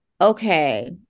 Okay